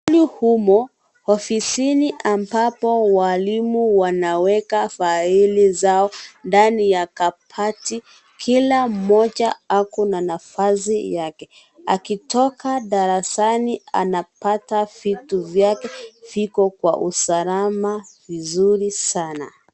Humo ofisini ambapo walimu wanaweka faili zao ndani ya kabati kila mmoja akona nafasi yake akitoka darasani anapata vitu vyake viko kwa usalama vizuri sana.